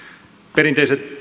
perinteiset